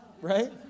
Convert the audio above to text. right